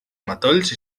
matolls